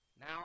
Now